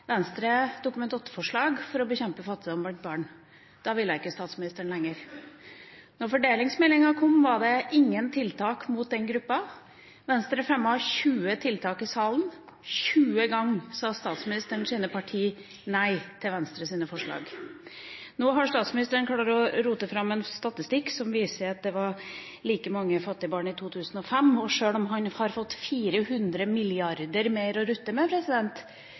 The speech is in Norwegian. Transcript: Venstre et Dokument 8-forslag om å bekjempe fattigdom blant barn. Da ville ikke statsministeren lenger. Da fordelingsmeldinga kom, var det ingen tiltak rettet mot den gruppa. Venstre fremmet 20 forslag til tiltak i salen, og 20 ganger sa statsministerens partier nei til Venstres forslag. Nå har statsministeren klart å rote fram en statistikk som viser at det var like mange fattige barn i 2005, og når han har fått 400 mrd. kr mer å rutte med,